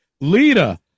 Lita